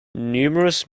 numerous